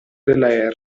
della